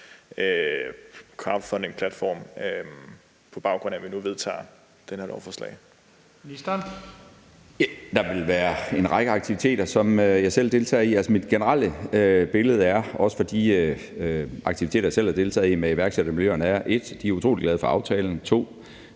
Der vil være en række aktiviteter, som jeg selv deltager i. Mit generelle billede er, også fra de aktiviteter, jeg selv har deltaget i med iværksættermiljøerne, 1) at de er utrolig glade for aftalen, 2)